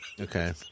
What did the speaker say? Okay